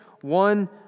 one